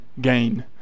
gain